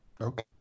Okay